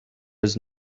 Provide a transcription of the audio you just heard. was